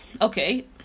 Okay